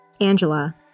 Angela